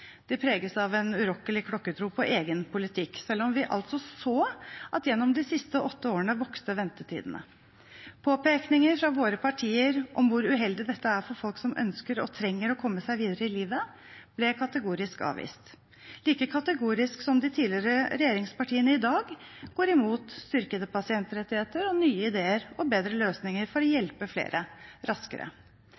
preges av en urokkelig klokkertro på egen politikk, selv om vi så at ventetidene vokste gjennom de siste åtte årene. Påpekninger fra våre partier om hvor uheldig dette er for folk som ønsker og trenger å komme seg videre i livet, ble kategorisk avvist – like kategorisk som de tidligere regjeringspartiene i dag går imot styrkede pasientrettigheter og nye ideer og bedre løsninger for å hjelpe flere, raskere.